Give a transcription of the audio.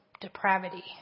depravity